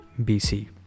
BC